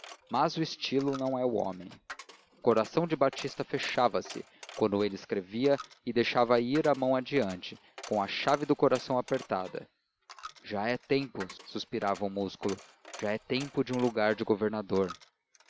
mas o estilo não é o homem o coração de batista fechava-se quando ele escrevia e deixava ir a mão adiante com a chave do coração apertada já é tempo suspirava o músculo já é tempo de um lugar de governador